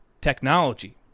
technology